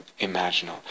imaginal